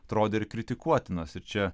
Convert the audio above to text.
atrodė ir kritikuotinas ir čia